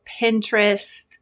Pinterest